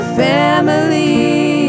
family